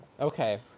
Okay